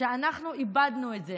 שאנחנו איבדנו את זה.